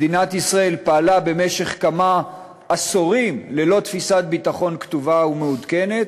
מדינת ישראל פעלה במשך כמה עשורים ללא תפיסת ביטחון כתובה ומעודכנת.